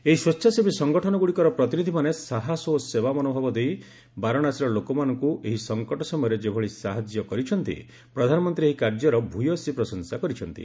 ଏହି ସ୍ପେଚ୍ଛାସେବୀ ସଂଗଠନଗୁଡ଼ିକର ପ୍ରତିନିଧିମାନେ ସାହସ ଓ ସେବା ମନୋଭାବ ନେଇ ବାରଣାସୀର ଲୋକମାନଙ୍କୁ ଏହି ସଂକଟ ସମୟରେ ଯେଭଳି ସାହାଯ୍ୟ କରିଛନ୍ତି ପ୍ରଧାନମନ୍ତ୍ରୀ ଏହି କାର୍ଯ୍ୟର ଭୟସୀ ପ୍ରଶଂସା କରିଛନ୍ତି